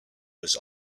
was